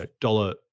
dollar